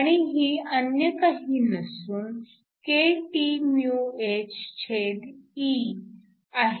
आणि ही अन्य काही नसून kThE आहे